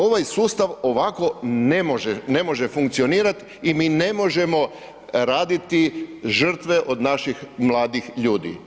Ovaj sustav ovako ne može funkcionirati i mi ne možemo raditi žrtve od naših mladih ljudi.